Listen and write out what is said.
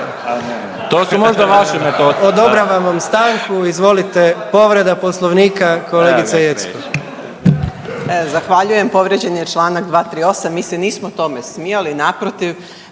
To su možda vaše metode?/… Odobravam vam stanku. Izvolite povreda Poslovnika kolegica Jeckov. **Jeckov, Dragana (SDSS)** Zahvaljujem. Povrijeđen je članak 238. Mi se nismo tome smijali. Naprotiv.